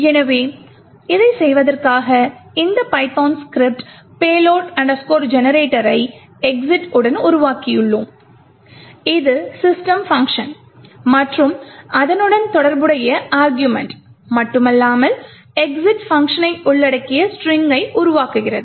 எனவே இதைச் செய்வதற்காக இந்த பைதான் ஸ்கிரிப்ட் payload generator ரை exit உடன் உருவாக்கியுள்ளோம் இது system பங்க்ஷன் மற்றும் அதனுடன் தொடர்புடைய அருகுமெண்ட் மட்டுமல்லாமல் exit பங்க்ஷனை உள்ளடக்கிய ஸ்ட்ரிங்கை உருவாக்குகிறது